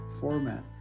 format